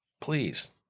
Please